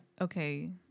okay